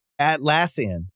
Atlassian